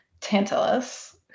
Tantalus